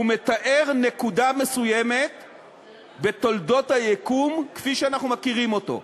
הוא מתאר נקודה מסוימת בתולדות היקום כפי שאנחנו מכירים אותו.